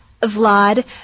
Vlad